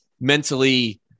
mentally